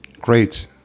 Great